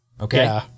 okay